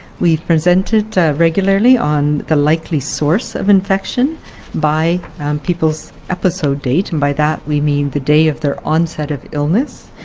we've presented regularly on the likely source of infection by people's episode date. and by that we mean the day of their onset of illness.